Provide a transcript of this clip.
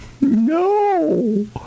No